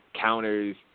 counters